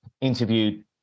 interviewed